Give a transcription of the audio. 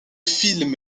film